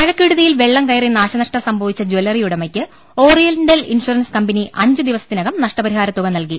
മഴക്കെടുതിയിൽ വെള്ളം കയറി നാശനഷ്ടം സംഭവിച്ച ജല്ലറി ഉടമക്ക് ഓറിയന്റൽ ഇൻഷുറൻസ് കമ്പനി അഞ്ചു ദിവസത്തി നകം നഷ്ടപരിഹാരത്തുക നൽകി